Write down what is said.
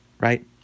right